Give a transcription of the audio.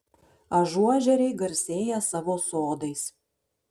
ažuožeriai garsėja savo sodais